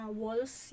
walls